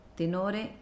tenore